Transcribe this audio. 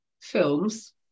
films